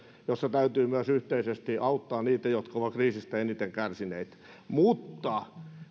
joissa täytyy myös yhteisesti auttaa niitä jotka ovat kriisistä eniten kärsineet mutta